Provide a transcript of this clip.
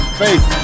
faith